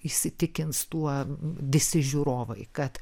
įsitikins tuo visi žiūrovai kad